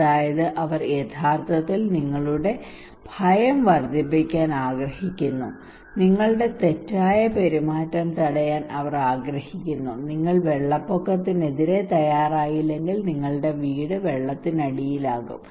അതായത് അവർ യഥാർത്ഥത്തിൽ നിങ്ങളുടെ ഭയം വർദ്ധിപ്പിക്കാൻ ആഗ്രഹിക്കുന്നു നിങ്ങളുടെ തെറ്റായ പെരുമാറ്റം തടയാൻ അവർ ആഗ്രഹിക്കുന്നു നിങ്ങൾ വെള്ളപ്പൊക്കത്തിനെതിരെ തയ്യാറായില്ലെങ്കിൽ നിങ്ങളുടെ വീട് വെള്ളത്തിനടിയിലാകും